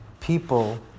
people